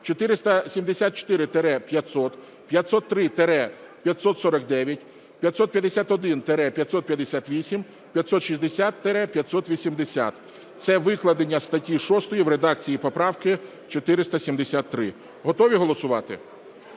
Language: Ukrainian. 474-500, 503-549, 551-558, 560-580. Це викладення статті 6 в редакції поправки 473. Готові голосувати?